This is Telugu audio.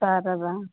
సరే రా